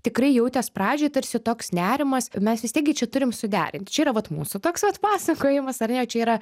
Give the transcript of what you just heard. tikrai jautės pradžioj tarsi toks nerimas mes vis tiek gi čia turim suderint čia yra vat mūsų toks atpasakojimas ar ne čia yra